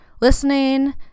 listening